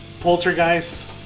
Poltergeist